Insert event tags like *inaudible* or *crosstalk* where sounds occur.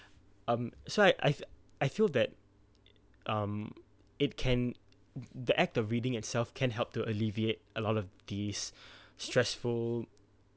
um so I I I feel that um it can the act of reading itself can help to alleviate a lot of these *breath* stressful